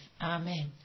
Amen